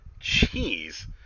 jeez